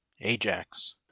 AJAX